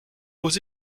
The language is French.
aux